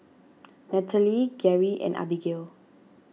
Nathaly Geri and Abigayle